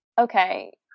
okay